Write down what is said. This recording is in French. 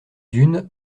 dunes